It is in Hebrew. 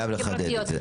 חייב לחדד את זה.